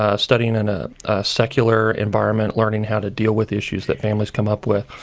ah studying in a secular environment, learning how to deal with issues that families come up with,